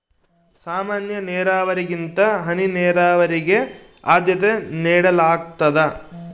ಸಾಮಾನ್ಯ ನೇರಾವರಿಗಿಂತ ಹನಿ ನೇರಾವರಿಗೆ ಆದ್ಯತೆ ನೇಡಲಾಗ್ತದ